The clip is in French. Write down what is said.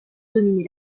dominé